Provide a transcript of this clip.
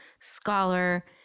scholar